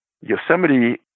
Yosemite